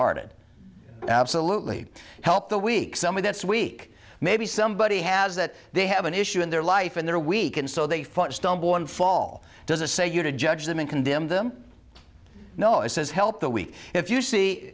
hearted absolutely help the weak someone that's weak maybe somebody has that they have an issue in their life and they're weak and so they fought stumble and fall does a say you to judge them and condemn them no it says help the weak if you see